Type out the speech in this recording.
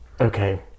okay